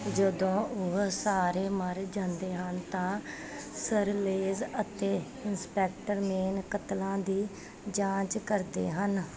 ਜਦੋਂ ਉਹ ਸਾਰੇ ਮਰ ਜਾਂਦੇ ਹਨ ਤਾਂ ਸਰ ਲੇਜ ਅਤੇ ਇੰਸਪੈਕਟਰ ਮੇਨ ਕਤਲਾਂ ਦੀ ਜਾਂਚ ਕਰਦੇ ਹਨ